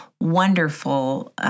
wonderful